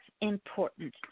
important